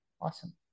Awesome